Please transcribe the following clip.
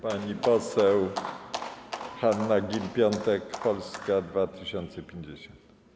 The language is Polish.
Pani poseł Hanna Gill-Piątek, Polska 2050.